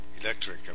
Electric